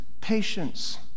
patience